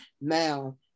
now